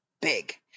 big